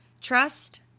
Trust